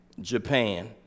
Japan